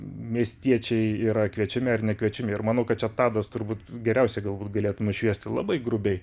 miestiečiai yra kviečiami ar nekviečiami ir manau kad čia tadas turbūt geriausiai galbūt galėtų nušviesti labai grubiai